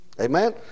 Amen